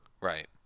right